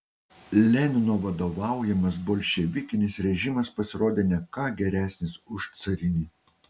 lenino vadovaujamas bolševikinis režimas pasirodė ne ką geresnis už carinį